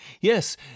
Yes